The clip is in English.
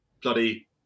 bloody